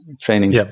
training